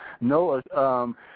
No